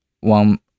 one